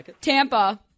Tampa